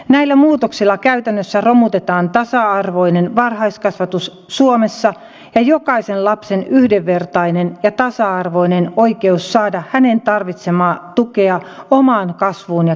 näillä muutoksilla käytännössä romutetaan tasa arvoinen varhaiskasvatus suomessa ja jokaisen lapsen yhdenvertainen ja tasa arvoinen oikeus saada tarvitsemaansa tukea omaan kasvuun ja kehitykseen